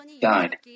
died